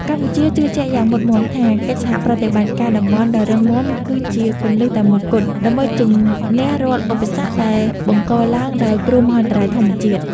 កម្ពុជាជឿជាក់យ៉ាងមុតមាំថា កិច្ចសហប្រតិបត្តិការតំបន់ដ៏រឹងមាំគឺជាគន្លឹះតែមួយគត់ ដើម្បីជម្នះរាល់ឧបសគ្គដែលបង្កឡើងដោយគ្រោះមហន្តរាយធម្មជាតិ។